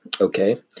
Okay